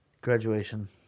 graduation